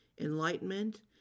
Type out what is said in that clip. enlightenment